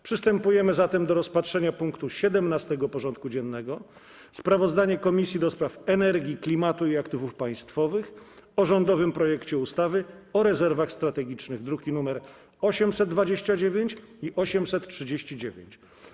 Przystępujemy do rozpatrzenia punktu 17. porządku dziennego: Sprawozdanie Komisji do Spraw Energii, Klimatu i Aktywów Państwowych o rządowym projekcie ustawy o rezerwach strategicznych (druki nr 829 i 839)